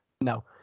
No